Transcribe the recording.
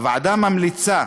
הוועדה ממליצה